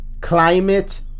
climate